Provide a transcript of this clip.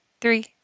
three